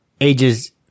Ages